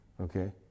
Okay